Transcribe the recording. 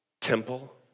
temple